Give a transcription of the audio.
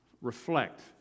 reflect